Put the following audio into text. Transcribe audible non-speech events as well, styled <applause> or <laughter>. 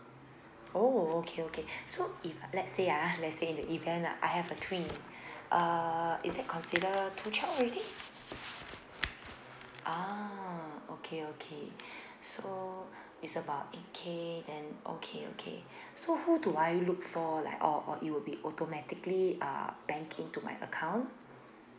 oh okay okay <breath> so if let's say ah let's say in the event lah I have a twin <breath> uh is that consider two check already ah okay okay <breath> so it's about eight K then okay okay <breath> so who do I look for like or or it will be will be automatically uh banked in to my account